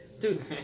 dude